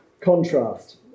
contrast